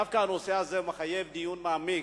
דווקא הנושא הזה מחייב דיון מעמיק.